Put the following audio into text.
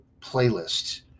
playlist